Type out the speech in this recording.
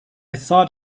thought